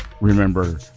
Remember